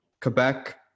Quebec